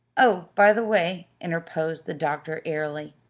oh, by the way, interposed the doctor airily,